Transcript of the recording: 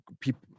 people